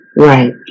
Right